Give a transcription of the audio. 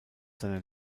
seiner